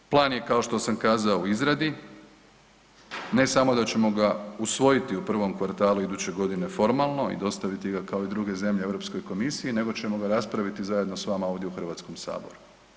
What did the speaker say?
Plan je kao što sam kazao u izradi, ne samo da ćemo ga usvojiti u prvom kvartalu iduće godine formalno i dostaviti ga kao i druge zemlje Europskoj komisiji nego ćemo ga raspraviti zajedno s vama ovdje u HS-u.